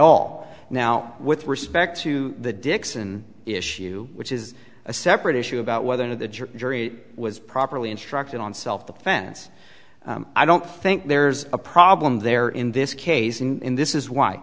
all now with respect to the dixon issue which is a separate issue about whether the jury was properly instructed on self defense i don't think there's a problem there in this case in this is why